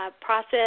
process